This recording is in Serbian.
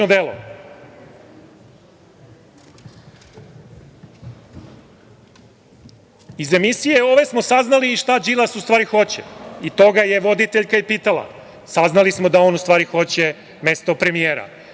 ove emisije smo saznali šta Đilas u stvari hoće, a to ga je voditeljka i pitala. Saznali smo da on u stvari hoće mesto premijera.